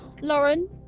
Lauren